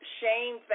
shame